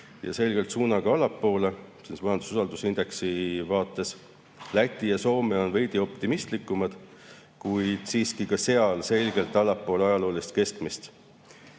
ja selgelt suunaga allapoole majandususaldusindeksi vaates. Läti ja Soome on veidi optimistlikumad, kuid siiski ka selgelt allapoole ajaloolist keskmist.